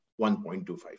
1.25%